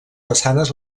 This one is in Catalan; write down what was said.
façanes